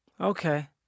Okay